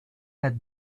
had